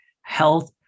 health